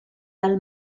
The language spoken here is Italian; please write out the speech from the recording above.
dal